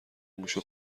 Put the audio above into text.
موشو